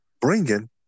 bringing